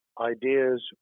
ideas